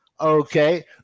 Okay